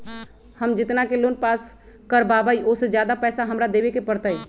हम जितना के लोन पास कर बाबई ओ से ज्यादा पैसा हमरा देवे के पड़तई?